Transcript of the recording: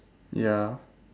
ya